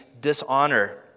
dishonor